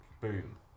boom